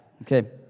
Okay